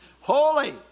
Holy